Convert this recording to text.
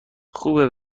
خوبه